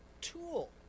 tool